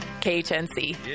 KHNC